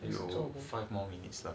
five more minutes lah